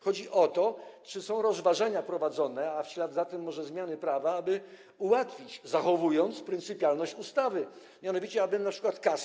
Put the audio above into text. Chodzi o to, czy są prowadzone rozważania, a w ślad za tym może zmiany prawa, aby ułatwić to, zachowując pryncypialność ustawy, mianowicie aby np. KAS.